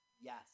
Yes